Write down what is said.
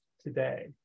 today